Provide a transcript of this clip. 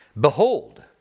Behold